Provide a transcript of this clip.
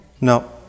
No